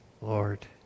Lord